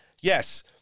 yes